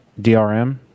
DRM